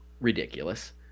ridiculous